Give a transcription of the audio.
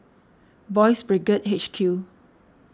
Boys' Brigade H Q